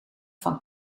van